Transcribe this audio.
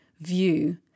view